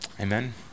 Amen